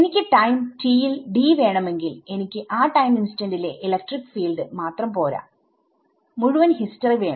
എനിക്ക് time t യിൽ D വേണമെങ്കിൽ എനിക്ക് ആ ടൈം ഇൻസ്റ്റന്റ് ലെ ഇലക്ട്രിക് ഫീൽഡ്മാത്രം പോരാ മുഴുവൻ ഹിസ്റ്ററിവേണം